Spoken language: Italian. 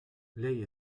lei